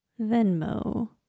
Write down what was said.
Venmo